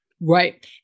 Right